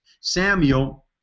Samuel